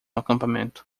acampamento